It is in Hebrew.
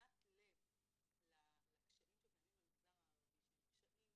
תשומת הלב לקשיים שקיימים במגזר הערבי, שהם קשיים